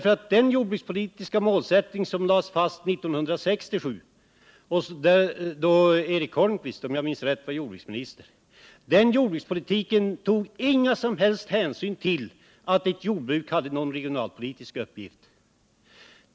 För den jordbrukspolitiska målsättning som lades fast 1967, då Eric Holmqvist — om jag minns rätt — var jordbruksminister, tog inga som helst hänsyn till att ett jordbruk kunde ha någon regionalpolitisk uppgift.